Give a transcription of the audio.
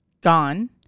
Gone